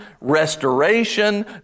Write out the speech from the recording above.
restoration